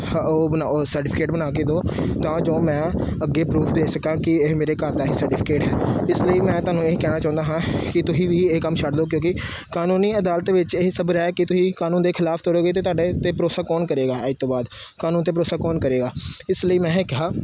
ਉਹ ਬਣਾਓ ਸਰਟੀਫਿਕੇਟ ਬਣਾ ਕੇ ਦਿਓ ਤਾਂ ਜੋ ਮੈਂ ਅੱਗੇ ਪਰੂਫ਼ ਦੇ ਸਕਾਂ ਕਿ ਇਹ ਮੇਰੇ ਘਰ ਦਾ ਹੀ ਸਰਟੀਫਿਕੇਟ ਹੈ ਇਸ ਲਈ ਮੈਂ ਤੁਹਾਨੂੰ ਇਹ ਕਹਿਣਾ ਚਾਹੁੰਦਾ ਹਾਂ ਕਿ ਤੁਸੀਂ ਵੀ ਇਹ ਕੰਮ ਛੱਡ ਦਿਓ ਕਿਉਂਕਿ ਕਾਨੂੰਨੀ ਅਦਾਲਤ ਵਿੱਚ ਇਹ ਸਭ ਰਹਿ ਕੇ ਤੁਸੀਂ ਕਾਨੂੰਨ ਦੇ ਖਿਲਾਫ਼ ਤੁਰੋਂਗੇ ਅਤੇ ਤੁਹਾਡੇ 'ਤੇ ਭਰੋਸਾ ਕੌਣ ਕਰੇਗਾ ਅੱਜ ਤੋਂ ਬਾਅਦ ਕਾਨੂੰਨ 'ਤੇ ਭਰੋਸਾ ਕੌਣ ਕਰੇਗਾ ਇਸ ਲਈ ਮੈਂ ਇਹ ਕਿਹਾ